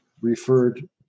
referred